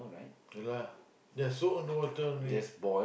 ya lah ya soak on water only